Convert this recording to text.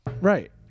Right